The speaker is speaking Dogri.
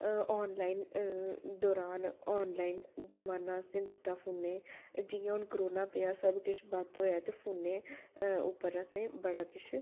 अ आनलाइन अ दरान आनलाइन जमाना अ'सें दित्ता फोनै जि'यां हून करोना पेआ सबकिश बंद होआ ते फोनै उप्पर असें बड़ा किश